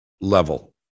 level